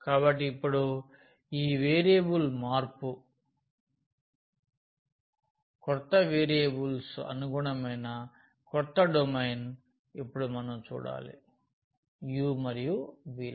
కాబట్టి ఇప్పుడు ఈ వేరియబుల్ మార్పు క్రొత్త వేరియబుల్స్అనుగుణమైన క్రొత్త డొమైన్ను ఇప్పుడు మనం చూడాలి u మరియు v లకు